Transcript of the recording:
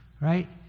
right